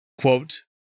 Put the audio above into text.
quote